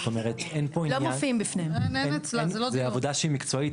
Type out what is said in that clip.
זו עבודה שהיא מקצועית.